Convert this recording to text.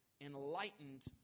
enlightened